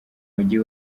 mujyi